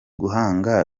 guhanga